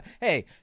Hey